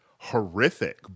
horrific